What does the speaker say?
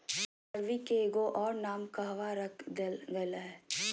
अरबी के एगो और नाम कहवा रख देल गेलय हें